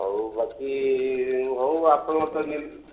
ହଉ ବାକି ହଉ ଆପଣ ତ